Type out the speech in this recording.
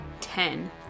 ten